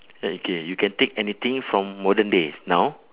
okay you can take any thing from modern day now